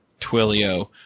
Twilio